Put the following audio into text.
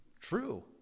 True